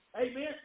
amen